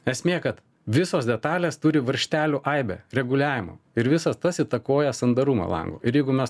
esmė kad visos detalės turi varžtelių aibę reguliavimo ir visas tas įtakoja sandarumą lango ir jeigu mes